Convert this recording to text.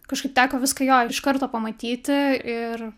kažkaip teko viską jo iš karto pamatyti ir